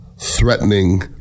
Threatening